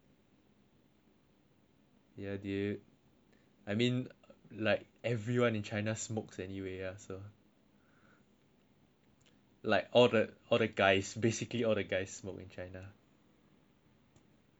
ya dude I mean like every one in China smokes anyway ah so like all the all the guys basically all the guys smoke in China